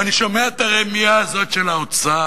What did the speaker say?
ואני שומע את הרמייה הזו של האוצר,